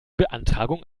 beantragung